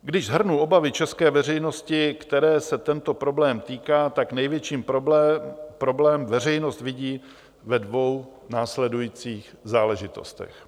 Když shrnu obavy české veřejnosti, které se tento problém týká, tak největší problém veřejnost vidí ve dvou následujících záležitostech.